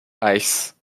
ice